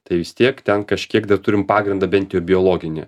tai vis tiek ten kažkiek dar turim pagrindą bent jau biologinį